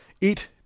Eat